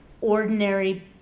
ordinary